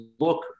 look